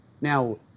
Now